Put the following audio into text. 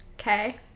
okay